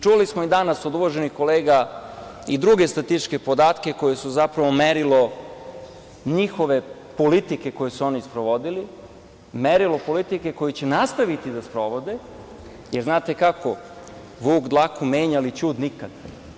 Čuli smo danas od uvaženih kolega i druge statističke podatke koji su zapravo merilo njihove politike koju su oni sprovodili, merilo politike koju će nastaviti da sprovode, jer, znate kako, vuk dlaku menja, ali ćud nikada.